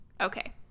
okay